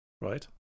Right